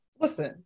Listen